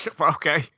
Okay